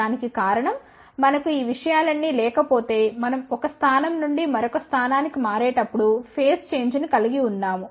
దానికి కారణం మనకు ఈ విషయాలన్నీ లేకపోతే మనం ఒక స్థానం నుండి మరొక స్థానానికి మారేటప్పుడు ఫేజ్ చేంజ్ ను కలిగి వున్నాము